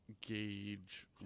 gauge